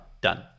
done